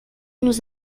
nous